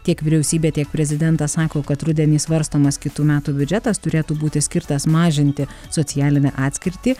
tiek vyriausybė tiek prezidentas sako kad rudenį svarstomas kitų metų biudžetas turėtų būti skirtas mažinti socialinę atskirtį